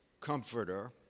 comforter